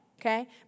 Okay